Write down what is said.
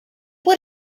por